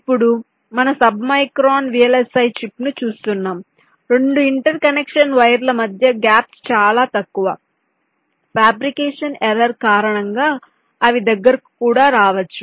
ఇప్పుడు మనం submicron VLSI చిప్ను చూస్తున్నాము 2 ఇంటర్కనెక్షన్ వైర్ల మధ్య గ్యాప్స్ చాలా తక్కువ ఫ్యాబ్రికేషన్ ఎర్రర్ కారణంగా అవి దగ్గరకు కూడా రావచ్చు